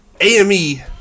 AME